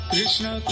Krishna